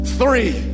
three